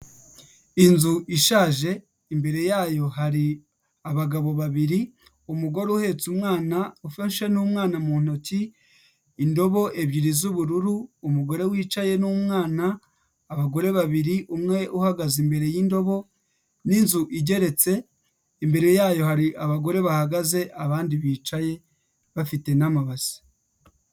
Inzu ishaje imbere yayo hari abagabo babiri, umugore uhetse umwana ufashe n'umwana mu ntoki, indobo ebyiri z'ubururu, umugore wicaye n'umwana, abagore babiri umwe uhagaze imbere y'indobo n'inzu igeretse, imbere yayo hari abagore bahagaze abandi bicaye bafite n'amabasi.